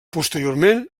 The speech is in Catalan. posteriorment